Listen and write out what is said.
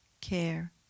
care